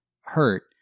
hurt